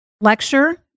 lecture